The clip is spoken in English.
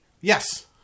Yes